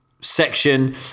section